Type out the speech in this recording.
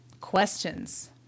questions